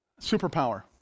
Superpower